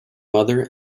mother